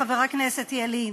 חבר הכנסת ילין,